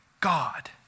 God